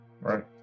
right